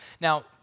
Now